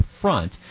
front